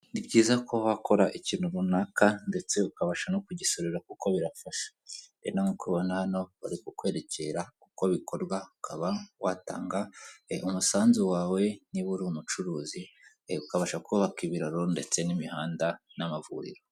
Ikoranabuhanga ni ryiza ryakemuye byinshi ndetse ryatugejeje kuri byinshi mu iterambere, icyo ushatse gukora cyose iyo ugikoze oniliyini cyangwa se ukagikorera kuri mudasobwa uba wizeye ko byanga bikunda kizageraho kigomba kugaragara kandi kikagaragarira ku gihe kigasubizwa neza.